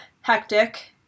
hectic